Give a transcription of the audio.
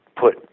put